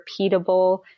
repeatable